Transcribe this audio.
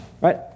right